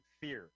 fear